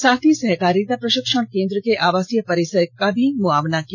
साथ ही सहकारिता प्रशिक्षण केंद्र के आवासीय परिसर का भी मुआयना किया